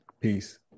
Peace